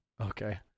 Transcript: Okay